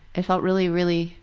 it felt really, really,